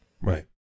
Right